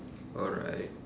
alright